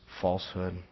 falsehood